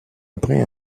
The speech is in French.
après